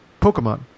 Pokemon